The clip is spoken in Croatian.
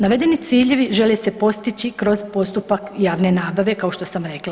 Navedeni ciljevi žele se postići kroz postupak javne nabave kao što sam rekla.